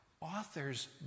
authors